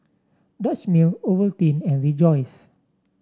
Dutch Mill Ovaltine and Rejoice